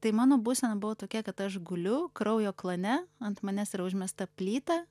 tai mano būsena buvo tokia kad aš guliu kraujo klane ant manęs yra užmesta plyta